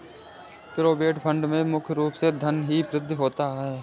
provident fund में मुख्य रूप से धन ही प्रदत्त होता है